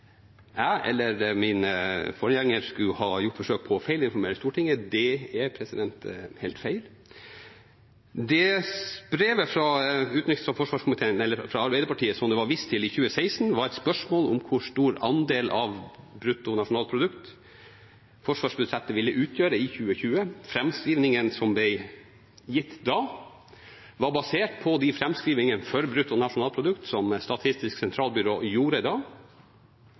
jeg eller min forgjenger har gjort forsøk på å feilinformere Stortinget. Det er helt feil. Det brevet fra Arbeiderpartiet fra 2016 som det ble vist til, var et spørsmål om hvor stor andel av bruttonasjonalprodukt forsvarsbudsjettet ville utgjøre i 2020. Framskrivningene som ble gitt da, var basert på de framskrivningene for bruttonasjonalprodukt som Statistisk sentralbyrå gjorde da. Det ble svart at det ville ligge i